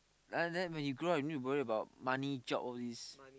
uh then when you grow up need to worry about money job all this